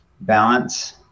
balance